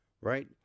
right